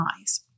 eyes